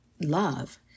love